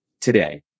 today